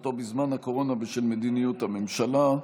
והחרפתו בזמן הקורונה בשל מדיניות הממשלה.